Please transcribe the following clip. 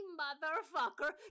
motherfucker